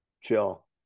chill